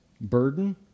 burden